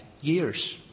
years